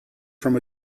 from